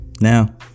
Now